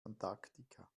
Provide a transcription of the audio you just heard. antarktika